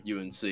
unc